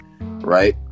Right